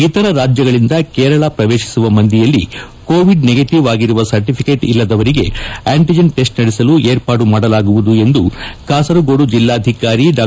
ಇತರ ರಾಜ್ಯಗಳಿಂದ ಕೇರಳ ಪ್ರವೇಶಿಸುವ ಮಂದಿಯಲ್ಲಿ ಕೋವಿಡ್ ನೆಗೆಟವ್ ಆಗಿರುವ ಸರ್ಟಫೀಕೆಟ್ ಇಲ್ಲದ ಮಂದಿಗೆ ಆಂಟಜಿನ್ ಟೆಸ್ಟ್ ನಡೆಸಲು ಸೌಲಭ್ಯ ಸಜ್ಜಗೊಳಿಸಲಾಗುವುದು ಎಂದು ಕಾಸರಗೋಡು ಜಿಲ್ಲಾಧಿಕಾರಿ ಡಾ